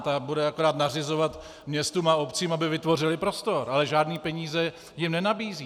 Ta bude akorát nařizovat městům a obcím, aby vytvořily prostor, ale žádné peníze jim nenabízí.